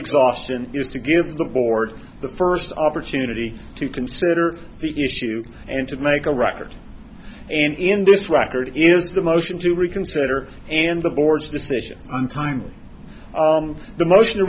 exhaustion is to give the board the first opportunity to consider the issue and to make a record and in this record it is the motion to reconsider and the board's decision on time the motion to